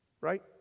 Right